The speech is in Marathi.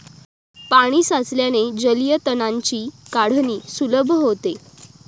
पाणी साचल्याने जलीय तणांची काढणी सुलभ होते